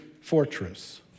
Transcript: fortress